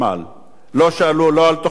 לא שאלו, לא על תוכניות מיתאר,